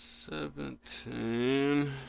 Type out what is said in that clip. Seventeen